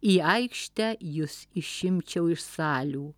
į aikštę jus išimčiau iš salių